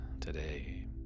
today